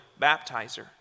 baptizer